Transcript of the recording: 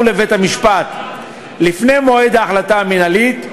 לבית-המשפט לפני מועד ההחלטה המינהלית,